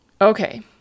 Okay